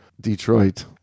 Detroit